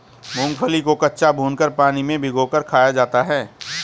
मूंगफली को कच्चा, भूनकर, पानी में भिगोकर खाया जाता है